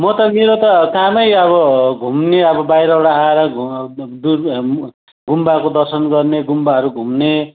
म त मेरो त कामै अब घुम्ने अब बाहिरबाट आएर घुम्ने गुम्बाको दर्शन गर्ने गुम्बाहरू घुम्ने